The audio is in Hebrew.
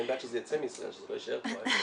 אני בעד שזה ייצא מישראל, שזה לא יישאר פה.